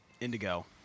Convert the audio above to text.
Indigo